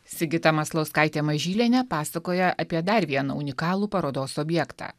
sigita maslauskaitė mažylienė pasakoja apie dar vieną unikalų parodos objektą